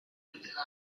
vieille